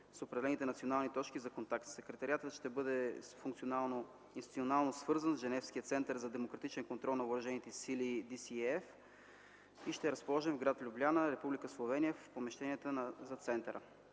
с определените национални точки за контакти. Секретариатът ще бъде институционално свързан с Женевския център за демократичен контрол на въоръжените сили (DCAF) и ще е разположен в гр. Любляна, Република Словения, в помещенията за центъра.